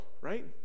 Right